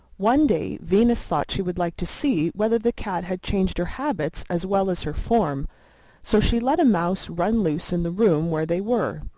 one day venus thought she would like to see whether the cat had changed her habits as well as her form so she let a mouse run loose in the room where they were.